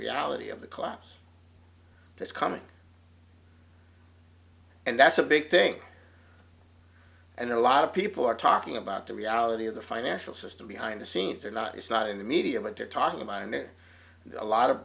reality of the class that's coming and that's a big thing and a lot of people are talking about the reality of the financial system behind the scenes or not it's not in the media what they're talking about and there are a lot of